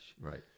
right